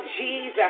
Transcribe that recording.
Jesus